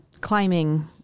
climbing